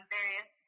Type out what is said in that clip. various